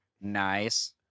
Nice